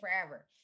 forever